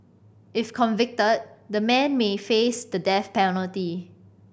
if convicted the men may face the death penalty